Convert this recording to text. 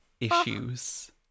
issues